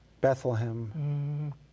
Bethlehem